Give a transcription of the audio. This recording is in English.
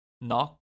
Knock